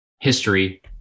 history